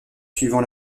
suivant